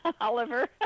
Oliver